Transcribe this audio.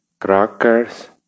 crackers